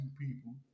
people